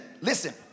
listen